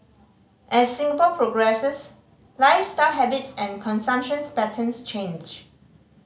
as Singapore progresses lifestyle habits and consumption's patterns change